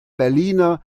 berliner